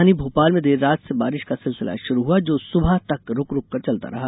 राजधानी भोपाल में देर रात से बारिश का सिलसिला शुरू हुआ जो सुबह तक रूक रूकर चलता रहा